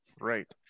Right